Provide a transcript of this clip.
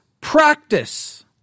practice